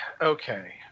okay